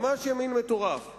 ממש ימין מטורף.